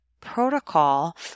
protocol